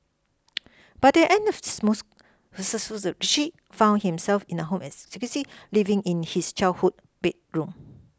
by the end of this most Richie found himself in the home is Tuskegee living in his childhood bedroom